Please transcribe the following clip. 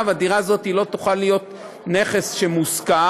הדירה הזאת לא תוכל להיות נכס שמושכר,